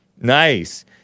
Nice